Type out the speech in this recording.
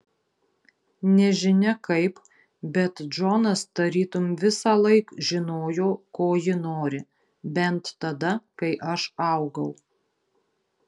nežinia kaip bet džonas tarytum visąlaik žinojo ko ji nori bent tada kai aš augau